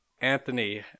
Anthony